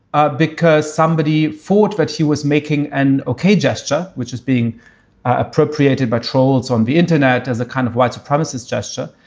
ah because somebody fought that he was making an okay gesture, which is being appropriated by trolls on the internet as a kind of white supremacist gesture.